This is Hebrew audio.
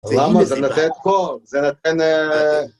למה? זה נותן קור, זה נותן אה...